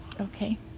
Okay